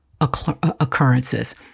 occurrences